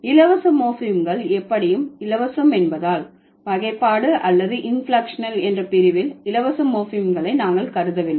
இலவச மோர்ஃபிம்கள் எப்படியும் இலவசம் என்பதால் வகைப்பாடு அல்லது இன்பிளெக்க்ஷனல் என்ற பிரிவில் இலவச மோர்ஃபிம்களை நாங்கள் கருதவில்லை